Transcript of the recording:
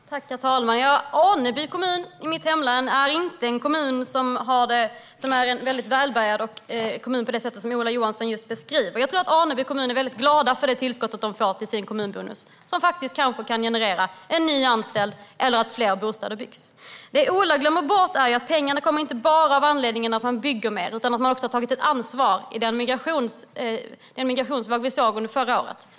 Herr talman! Aneby kommun i mitt hemlän är inte en kommun som är välbärgad på det sätt som Ola Johansson just beskrev. Jag tror att Aneby kommun är väldigt glad för det tillskott man får i kommunbonus och som faktiskt kanske kan generera en ny anställd eller att fler bostäder byggs. Det Ola Johansson glömmer bort är att pengarna inte bara kommer av den anledningen att man bygger mer utan också för att man har tagit ett ansvar i den migrationsvåg som vi såg under förra året.